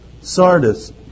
Sardis